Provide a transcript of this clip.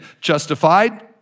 justified